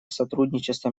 сотрудничества